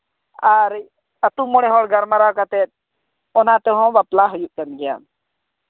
ᱟᱨ ᱟᱛᱳ ᱢᱚᱬᱮ ᱦᱚᱲ ᱜᱟᱞᱢᱟᱨᱟᱣ ᱠᱟᱛᱮᱫ ᱚᱱᱟ ᱛᱮᱦᱚᱸ ᱵᱟᱯᱞᱟ ᱦᱩᱭᱩᱜ ᱠᱟᱱ ᱜᱮᱭᱟ